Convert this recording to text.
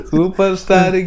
Superstar